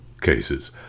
cases